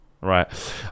right